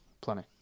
plenty